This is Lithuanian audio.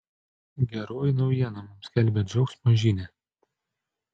geroji naujiena mums skelbia džiaugsmo žinią